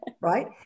Right